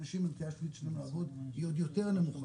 אנשים שצריכים לעבוד היא עוד יותר נמוכה,